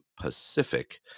Pacific